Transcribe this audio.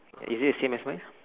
is it the same as mine